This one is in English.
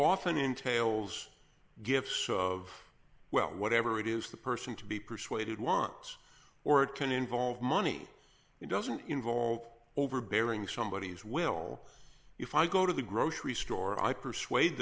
often entails gifts of well whatever it is the person to be persuaded wants or it can involve money it doesn't involve overbearing somebodies will if i go to the grocery store i persuade